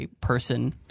person